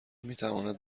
میتواند